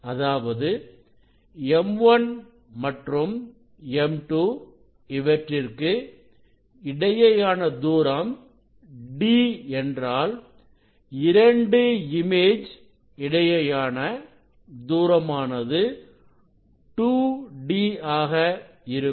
அதாவது M1 மற்றும் M2 இவற்றிற்கு இடையேயான தூரம் d என்றால் இரண்டு இமேஜ் இடையேயான தூரமானது 2d ஆக இருக்கும்